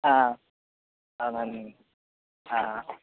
ആ നന്ദി ആ